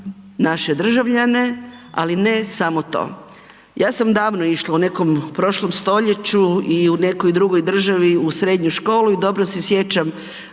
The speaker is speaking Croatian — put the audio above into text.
naše državljane, ali ne samo to. Ja sam davno išla, u nekom prošlom stoljeću i u nekoj državi u srednju školu i dobro se sjećam